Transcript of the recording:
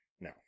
No